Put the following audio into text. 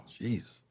jeez